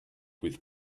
with